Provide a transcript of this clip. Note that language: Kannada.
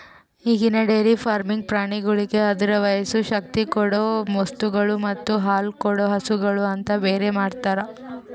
ಈಗಿನ ಡೈರಿ ಫಾರ್ಮ್ದಾಗ್ ಪ್ರಾಣಿಗೋಳಿಗ್ ಅದುರ ವಯಸ್ಸು, ಶಕ್ತಿ ಕೊಡೊ ವಸ್ತುಗೊಳ್ ಮತ್ತ ಹಾಲುಕೊಡೋ ಹಸುಗೂಳ್ ಅಂತ ಬೇರೆ ಮಾಡ್ತಾರ